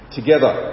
together